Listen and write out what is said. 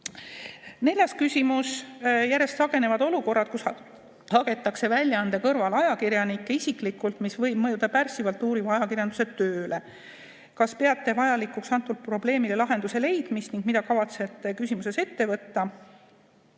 Neljas küsimus: "Järjest sagenevad olukorrad, kus hagetakse väljaande kõrval ajakirjanikke isiklikult, mis võib mõjuda pärssivalt uuriva ajakirjanduse tööle. Kas peate vajalikuks antud probleemile lahenduse leidmist ning mida kavatsete antud küsimuses ette võtta?"